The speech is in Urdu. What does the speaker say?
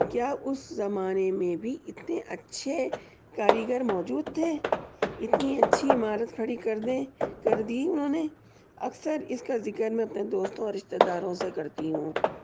کیا اس زمانے میں بھی اتنے اچھے کاریگر موجود تھے اتنی اچھی عمارت کھڑی کردیں کردی انہوں نے اکثر اس کا ذکر میں اپنے دوستوں اور رشتہ داروں سے کرتی ہوں